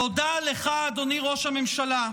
תודה לך, אדוני ראש הממשלה.